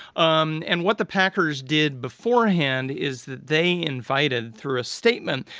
um and what the packers did beforehand is that they invited through a statement,